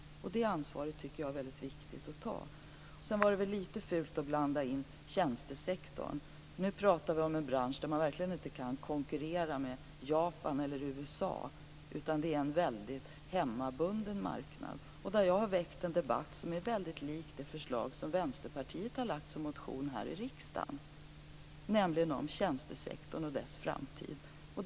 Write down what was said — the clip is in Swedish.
Det ansvaret tycker jag är väldigt viktigt att ta. Det var lite fult att blanda in tjänstesektorn. Nu pratar vi om en bransch där man verkligen inte kan konkurrera med Japan eller USA, utan det är en väldigt hemmabunden marknad där jag väckt en debatt som väldigt mycket liknar det som Vänsterpartiet framför i det förslag som de lagt fram i en motion här i riksdagen om tjänstesektorn och dess framtid.